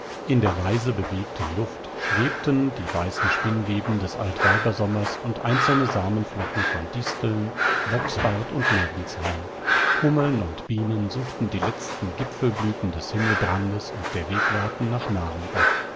in der leise bewegten luft schwebten die weißen spinnweben des altweibersommers und einzelne samenflocken von disteln bocksbart und löwenzahn hummeln und bienen suchten die letzten gipfelblüten des himmelbrandes und der wegwarten nach nahrung ab